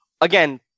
again